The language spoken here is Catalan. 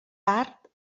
part